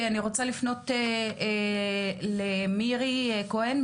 אני רוצה לפנות למירי כהן,